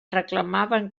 reclamaven